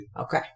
Okay